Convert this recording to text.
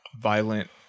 violent